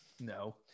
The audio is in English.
No